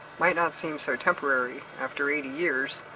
might not seem so temporary after eighty years,